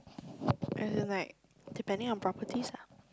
as in like depending on properties ah